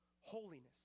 holiness